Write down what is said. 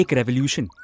revolution